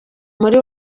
muri